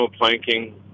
planking